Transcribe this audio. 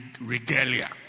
regalia